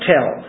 tell